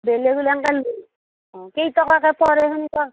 বেলেগ হ'লেও এনেকে অঁ কেই টকাকে পৰে তেেনকুৱা